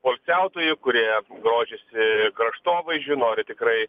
poilsiautojų kurie grožisi kraštovaizdžiu nori tikrai